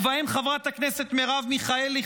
ובהם חברת הכנסת מרב מיכאלי,